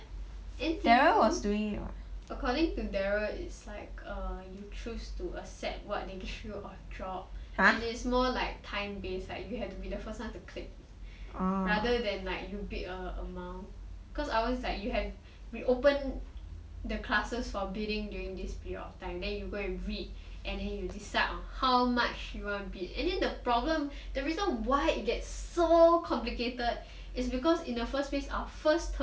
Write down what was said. N_T_U according to darrel is like err you choose to accept what they issue or drop and it's more like time based like you have to be the first one to click rather than like you bid a amount cause ours like you have opened the classes for bidding during this period of time then you go and read any you decide on how much you want to bid and then the problem the reason why it gets so complicated is because in the first place our first term